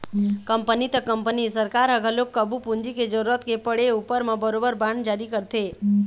company त company सरकार ह घलोक कभू पूंजी के जरुरत के पड़े उपर म बरोबर बांड जारी करथे